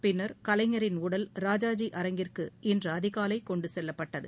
பின்னா் கலைஞரின் உடல் ராஜாஜி அரங்கிற்கு இன்று அதிகாலை கொண்டு செல்லப்பட்டது